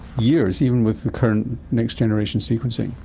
years? even with the current next-generation sequencing?